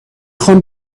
خوام